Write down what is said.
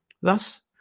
Thus